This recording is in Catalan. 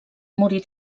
morir